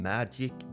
Magic